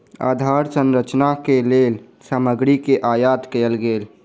आधार संरचना के लेल सामग्री के आयत कयल गेल